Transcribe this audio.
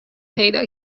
پیدا